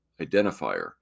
identifier